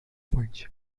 points